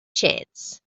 chance